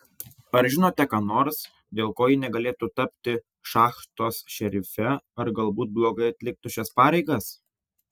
ar žinote ką nors dėl ko ji negalėtų tapti šachtos šerife ar galbūt blogai atliktų šias pareigas